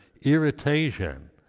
irritation